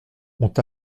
ont